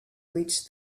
reached